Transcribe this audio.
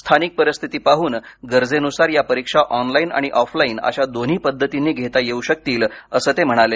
स्थानिक परिस्थिती पाहून गरजेनुसार या परिक्षा ऑनलाईन आणि ऑफलाईन अशा दोन्ही पद्धतीनी घेता येऊ शकतील असं ते म्हणाले